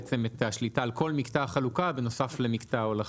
את השליטה על כל מקטע החלוקה בנוסף למקטע ההולכה.